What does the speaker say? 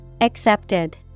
Accepted